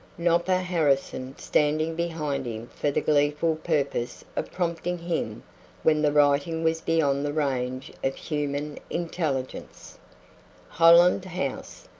nopper harrison standing behind him for the gleeful purpose of prompting him when the writing was beyond the range of human intelligence holland house,